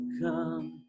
come